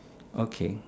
okay